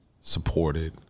supported